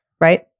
Right